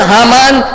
Haman